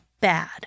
bad